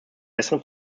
besseren